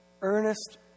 Earnest